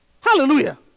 Hallelujah